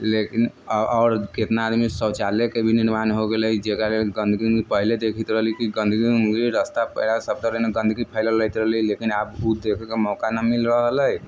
लेकिन औ आओर कितना आदमी शौचालयके भी निर्माण हो गेलै जकरा लेल गन्दगी पहले देखैत रहली कि गन्दगी नहि रस्ता पेरा सभतरफ गन्दगी फैलल रहैत रहलै लेकिन आब ओ देखयके मौका न मिलि रहल हइ